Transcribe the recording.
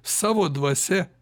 savo dvasia